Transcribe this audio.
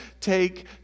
take